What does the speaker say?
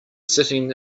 sitting